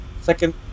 Second